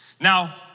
Now